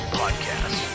podcast